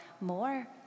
more